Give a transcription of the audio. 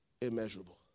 immeasurable